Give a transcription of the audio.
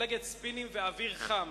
מפלגת ספינים ואוויר חם,